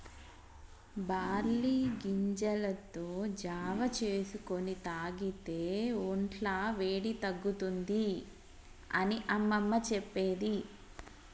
barley గింజలతో జావా చేసుకొని తాగితే వొంట్ల వేడి తగ్గుతుంది అని అమ్మమ్మ చెప్పేది